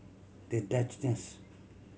The Duchess